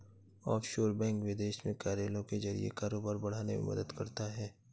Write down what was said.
offshore bank विदेश में कार्यालयों के जरिए कारोबार बढ़ाने में मदद करता है